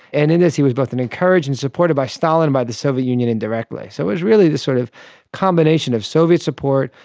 and in this he was both and encouraged and supported by stalin and by the soviet union indirectly. so it is really this sort of combination of soviet support,